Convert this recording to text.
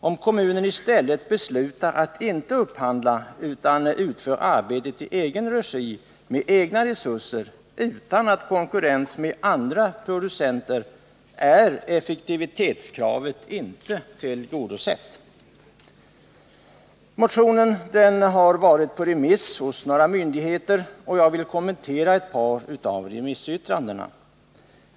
Om kommunen i stället beslutar att inte upphandla utan utför arbetet i egen regi med egna resurser, utan att konkurrera med andra producenter, är effektivitetskravet inte tillgodosett. Motionen har varit på remiss hos några myndigheter. Jag vill kommentera ett par av remissyttrandena.